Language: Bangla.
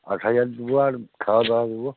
আট হাজার দিয়ে আর খাওয়া দাওয়া দেবো